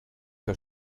der